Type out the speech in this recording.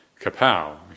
kapow